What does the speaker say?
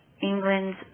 England